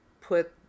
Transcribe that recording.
put